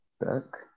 book